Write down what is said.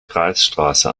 kreisstraße